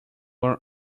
are